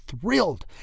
thrilled